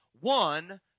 one